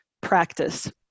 practice